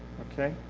okay,